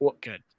good